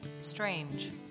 strange